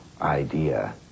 idea